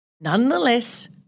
Nonetheless